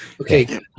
Okay